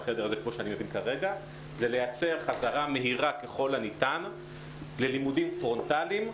זה בחדר וזה לייצר חזרה מהירה ככל הניתן ללימודים פרונטליים.